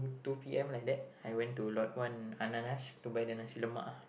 two p_m like that I went to Lot-One Ananas to buy the Nasi-Lemak